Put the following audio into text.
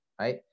right